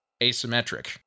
asymmetric